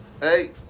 Hey